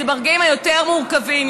שברגעים היותר-מורכבים,